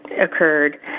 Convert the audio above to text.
occurred